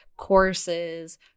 courses